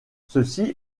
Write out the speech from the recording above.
ceci